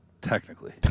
technically